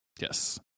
yes